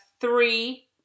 three